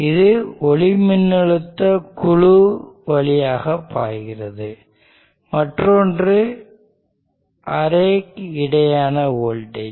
இது ஒளிமின்னழுத்த குழு வழியாக பாய்கிறது மற்றொன்று அரே க்கு இடையேயான வோல்டேஜ்